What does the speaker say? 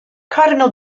cardinal